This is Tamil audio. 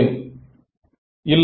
மாணவன் Ez